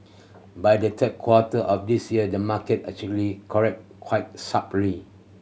by the third quarter of this year the market actually corrected quite sharply